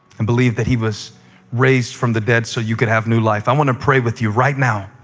and believe that he was raised from the dead so you could have new life, i want to pray with you right now.